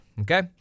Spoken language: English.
okay